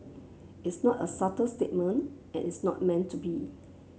it's not a subtle statement and it's not meant to be